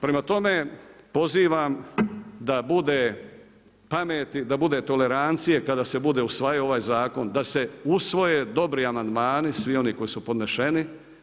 Prema tome pozivam da bude pameti, da bude tolerancije kada se bude usvajao ovaj zakon, da se usvoje dobri amandmani, svi oni koji su podneseni.